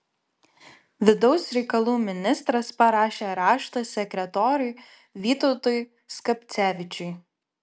vidaus reikalų ministras parašė raštą sekretoriui vytautui skapcevičiui